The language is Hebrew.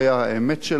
שלא היה דרכו,